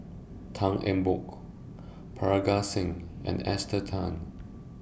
Tan Eng Bock Parga Singh and Esther Tan